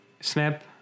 Snap